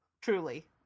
truly